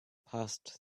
passed